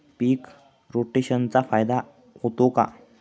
पीक रोटेशनचा फायदा होतो का?